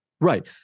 Right